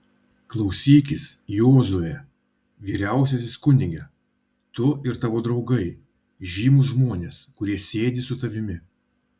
klausykis jozue vyriausiasis kunige tu ir tavo draugai žymūs žmonės kurie sėdi su tavimi